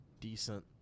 decent